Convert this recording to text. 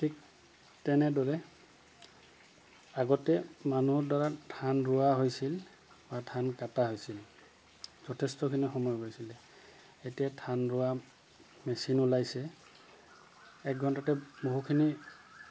ঠিক তেনেদৰে আগতে মানুহৰ দ্বাৰা ধান ৰোৱা হৈছিল বা ধান কাটা হৈছিল যথেষ্টখিনি সময় গৈছিলে এতিয়া ধান ৰোৱা মেচিন ওলাইছে একঘণ্টাতে বহুখিনি